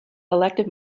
elective